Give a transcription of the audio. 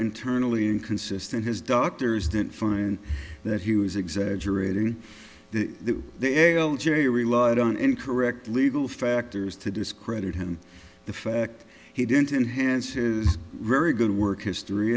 internally inconsistent his doctors didn't find that he was exaggerating that they all jerry relied on incorrect legal factors to discredit him the fact he didn't inhance is very good work history